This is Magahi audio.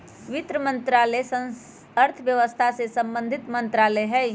वित्त मंत्रालय अर्थव्यवस्था से संबंधित मंत्रालय हइ